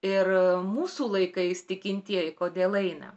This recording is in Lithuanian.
ir mūsų laikais tikintieji kodėl eina